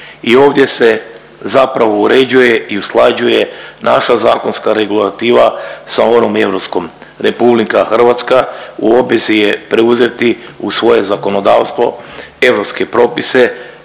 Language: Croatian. I ovdje se zapravo uređuje i usklađuje naša zakonska regulativa sa onom europskom. RH u obvezi je preuzeti u svoje zakonodavstvo europske propise